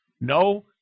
no